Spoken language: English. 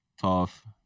Tough